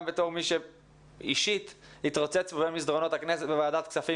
גם כמי שאישית התרוצץ במסדרונות הכנסת ובוועדת הכספים